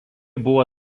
buvo